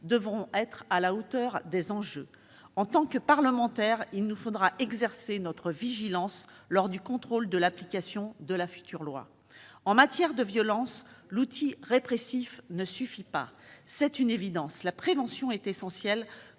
devront être à la hauteur des enjeux. En tant que parlementaires, nous devrons exercer notre vigilance lors du contrôle de l'application de la future loi. En matière de violences, l'outil répressif ne suffit pas, c'est une évidence. La prévention est essentielle,